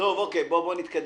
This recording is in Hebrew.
טוב, בואו נתקדם.